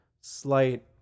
slight